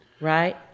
right